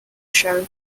show